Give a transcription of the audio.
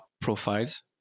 profiles